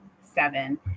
seven